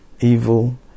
evil